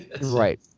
Right